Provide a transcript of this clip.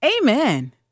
Amen